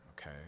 okay